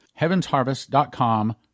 HeavensHarvest.com